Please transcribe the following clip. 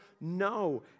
No